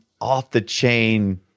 off-the-chain